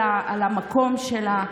על המקום שלה,